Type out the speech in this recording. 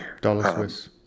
Dollar-Swiss